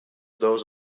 those